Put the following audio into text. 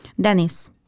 Dennis